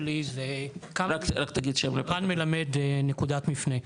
שלום, רן מלמד, נקודת מפנה.